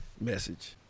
message